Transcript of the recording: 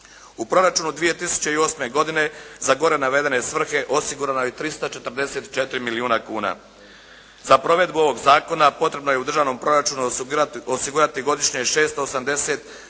U proračunu 2008. godine za gore navedene svrhe osigurano je 344 milijuna kuna. Za provedbu ovog zakona potrebno je u državnom proračunu osigurati godišnje 680 milijuna,